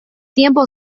tiempo